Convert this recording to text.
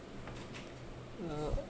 um